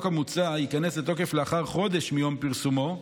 המוצע ייכנס לתוקף לאחר חודש מיום פרסומו,